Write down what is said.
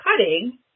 cutting